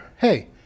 hey